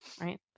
Right